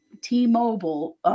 T-Mobile